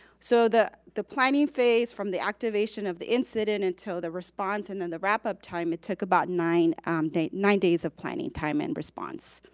so the the planning phase from the activation of the incident until the response and then the wrap-up time, it took about nine days nine days of planning, time and response